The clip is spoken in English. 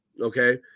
Okay